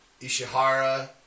Ishihara